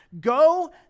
Go